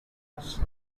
much